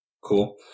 Cool